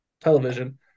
television